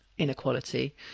inequality